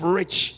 rich